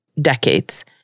decades